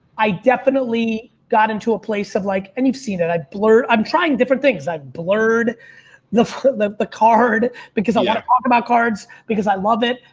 i definitely got into a place of like, and you've seen it, i blurred, i'm trying different things. i've blurred the the card because i want to talk about cards because i love it,